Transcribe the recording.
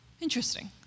interesting